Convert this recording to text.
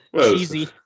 Cheesy